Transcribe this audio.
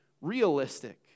realistic